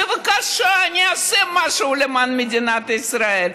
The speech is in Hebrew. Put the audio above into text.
בבקשה, אני אעשה משהו למען מדינת ישראל.